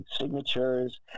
signatures